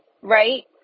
right